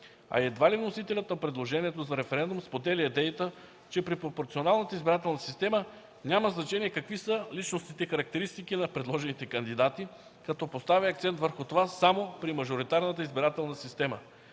и едва ли вносителят на предложението за референдум споделя идеята, че при пропорционалната избирателна система няма значение какви са личностните характеристики на предложените кандидати, като поставя акцент върху това само при мажоритарната избирателна система.